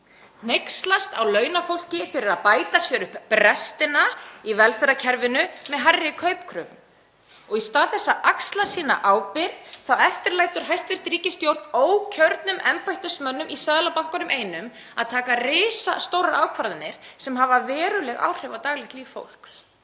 hneykslast á launafólki fyrir að bæta sér upp brestina í velferðarkerfinu með hærri kaupkröfum. Í stað þess að axla sína ábyrgð þá eftirlætur hæstv. ríkisstjórn ókjörnum embættismönnum í Seðlabankanum einum að taka risastórar ákvarðanir sem hafa veruleg áhrif á daglegt líf fólks.